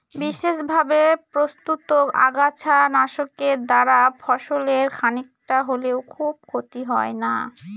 বিশেষভাবে প্রস্তুত আগাছা নাশকের দ্বারা ফসলের খানিকটা হলেও খুব ক্ষতি হয় না